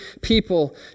people